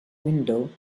window